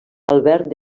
albert